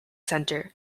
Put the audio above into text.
center